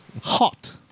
hot